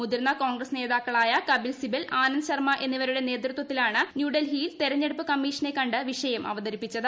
മുതിർന്ന കോൺഗ്രസ് നേതാക്കളായ കപിൽ സിബൽ ആനന്ദ് ശർമ്മ എന്നിവരുടെ നേതൃത്വത്തിലാണ് ന്യൂഡൽഹിയിൽ തിരഞ്ഞെടുപ്പ് കമ്മീഷനെ കണ്ട് വിഷയം അവതരിപ്പിച്ചത്